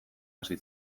hasi